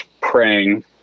praying